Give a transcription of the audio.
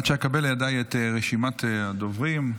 עד שאקבל לידיי את רשימת הדוברים,